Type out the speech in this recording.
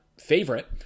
favorite